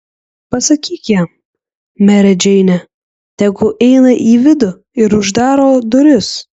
pasakyk jam mere džeine tegu eina į vidų ir uždaro duris